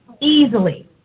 Easily